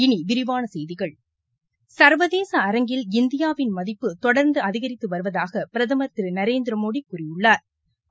இனி விரிவான செய்திகள் சா்வதேச அரங்கில் இந்தியாவின் மதிப்பு தொடா்ந்து அதிகரித்து வருவதாக பிரதமா் திரு நரேந்திரமோடி கூறியுள்ளாா்